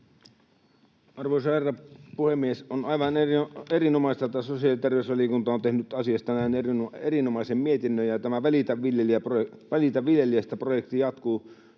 Arvoisa herra puhemies! On aivan erinomaista, että sosiaali- ja terveysvaliokunta on tehnyt asiasta näin erinomaisen mietinnön ja tämä Välitä viljelijästä ‑projekti jatkuu